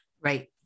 Right